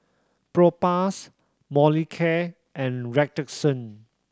Propass Molicare and Redoxon